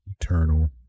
eternal